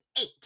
Eight